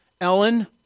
Ellen